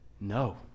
No